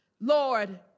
Lord